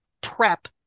PrEP